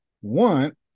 One